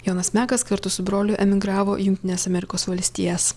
jonas mekas kartu su broliu emigravo į jungtines amerikos valstijas